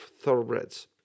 thoroughbreds